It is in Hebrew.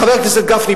חבר הכנסת גפני,